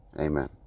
Amen